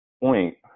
point